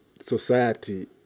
Society